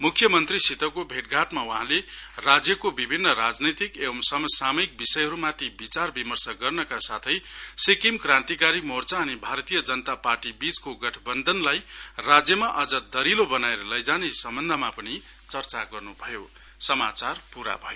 मुख्यमन्त्रीसितको भेटघानमा वहाँले राज्यको विभिन्न राजनैतिक समसामायिक विषयहरूमाथि विचार विमर्श गर्नका साथै सिक्किम क्रान्तिकारी मोर्चा अनि भारतीय जनता पार्टीबीचको गठबन्धनलाई राज्यमा अझ दहिलो बनाएर लैजाने सम्बन्धमा पनि चर्चा गरियो